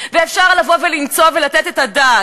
גרים רבים בעקבותיהם לא ימצאו את דרכם